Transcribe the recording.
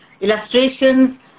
illustrations